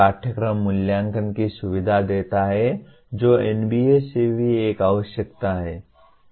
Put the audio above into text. पाठ्यक्रम मूल्यांकन की सुविधा देता है जो NBA से भी एक आवश्यकता है